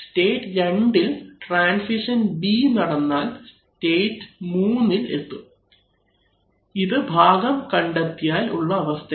state 2ഇൽ transition B നടന്നാൽ state 3ഇൽ എത്തും ഇത് ഭാഗം കണ്ടെത്തിയാൽ ഉള്ള അവസ്ഥയാണ്